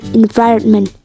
environment